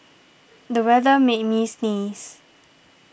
the weather made me sneeze